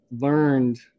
learned